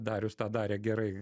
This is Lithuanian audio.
darius tą darė gerai